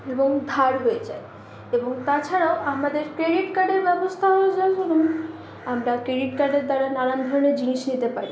এবং ধার হয়ে যায় এবং তাছাড়াও আমাদের ক্রেডিট কার্ডের ব্যবস্থাও যেমন আমরা ক্রেডিট কার্ডের দ্বারা নানান ধরনের জিনিস নিতে পারি